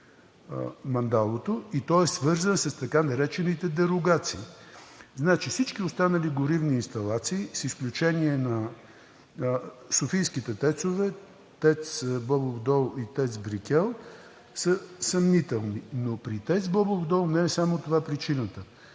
мандалото, и той е свързан с така наречените дерогации. Всички останали горивни инсталации с изключение на софийските ТЕЦ-ове, ТЕЦ „Бобов дол“ и ТЕЦ „Брикел“ са съмнителни, но при ТЕЦ „Бобов дол“ не е само това причината.